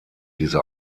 diese